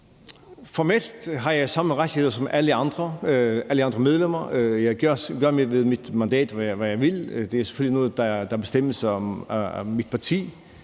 Formelt har jeg samme rettigheder som alle andre medlemmer. Jeg gør med mit mandat, som jeg vil – det er selvfølgelig noget, der bestemmes af mit parti.